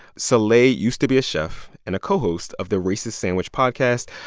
soleil used to be a chef and a co-host of the racist sandwich podcast.